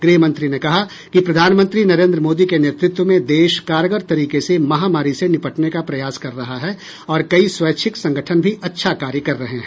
गृहमंत्री ने कहा कि प्रधानमंत्री नरेंद्र मोदी के नेतृत्व में देश कारगर तरीके से महामारी से निपटने का प्रयास कर रहा है और कई स्वैच्छिक संगठन भी अच्छा कार्य कर रहे हैं